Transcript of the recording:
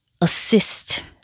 assist